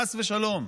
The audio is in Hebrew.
חס ושלום.